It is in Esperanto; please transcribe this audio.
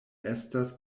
estas